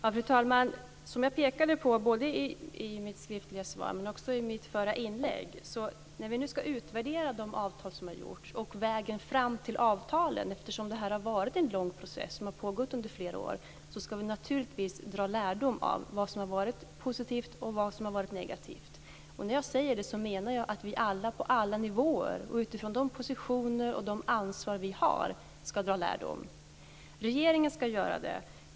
Fru talman! Som jag har pekat på i mitt skriftliga svar och i mitt förra inlägg ska vi, när vi nu ska utvärdera de avtal som har gjorts och vägen fram till avtalen - det har ju varit en långvarig process som pågått i flera år - naturligtvis dra lärdom av vad som varit positivt och vad som varit negativt. När jag säger detta menar jag att vi alla, på alla nivåer och utifrån de positioner och det ansvar som vi har, ska dra lärdom. Regeringen ska också göra det.